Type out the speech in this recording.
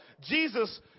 Jesus